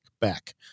back